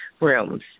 rooms